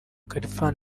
khalfan